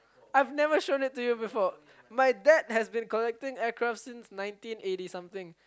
I've never show into you before my dad has been collecting aircraft seen nineteen eighty something